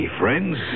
Friends